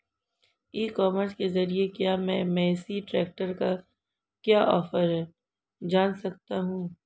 ई commerce के ज़रिए क्या मैं मेसी ट्रैक्टर का क्या ऑफर है जान सकता हूँ?